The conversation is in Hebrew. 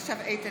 צבי האוזר,